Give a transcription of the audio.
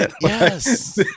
Yes